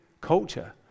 culture